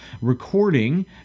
recording